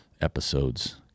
episodes